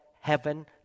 heaven